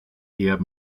eher